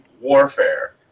warfare